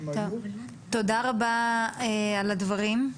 תודה רבה על הדברים.